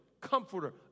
comforter